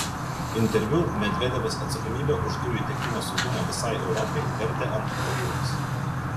interviu medvedevas atsakomybę už dujų tiekimo saugumą visai europai vertė ant ukrainos